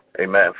Amen